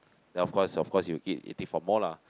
then of course of course you eat you take for more lah